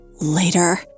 Later